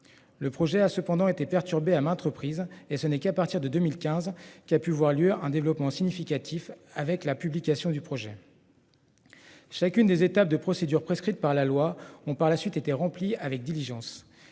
Le projet a cependant été perturbé à maintes reprises et ce n'est qu'à partir de 2015, qui a pu voir lieu un développement significatif avec la publication du projet. Chacune des étapes de procédure prescrites par la loi ont par la suite était avec diligence,